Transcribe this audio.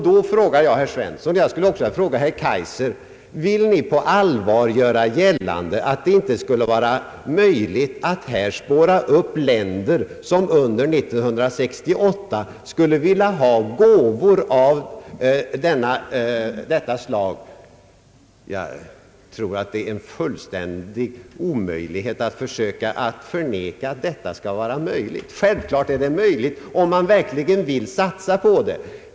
Då frågar jag herr Svensson, och jag frågar också herr Kaijser: Vill ni på allvar göra gällande att det inte skulle vara möjligt att här spåra upp länder som under 1968 skulle vilja ha gåvor av detta slag? Jag tror inte att det går att förneka att detta skulle vara möjligt. Självklart är det möjligt, om man verkligen vill satsa på det.